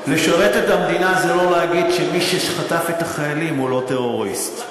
לשרת את המדינה זה לא להגיד שמי שחטף את החיילים הוא לא טרוריסט.